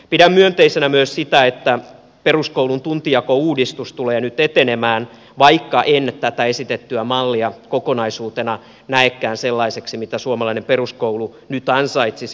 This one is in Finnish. pidän myönteisenä myös sitä että peruskoulun tuntijakouudistus tulee nyt etenemään vaikka en tätä esitettyä mallia kokonaisuutena näekään sellaiseksi mitä suomalainen peruskoulu nyt ansaitsisi